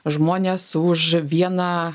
žmonės už vieną